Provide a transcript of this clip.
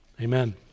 Amen